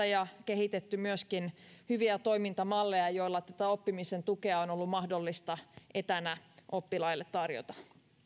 ja kehitetty myöskin hyviä toimintamalleja joilla tätä oppimisen tukea on ollut mahdollista etänä oppilaille tarjota